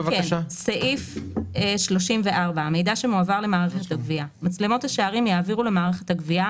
"המידע שמועבר למערכת הגבייה 34. מצלמות השערים יעבירו למערכת הגבייה,